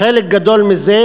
חלק גדול מזה,